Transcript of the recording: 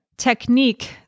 technique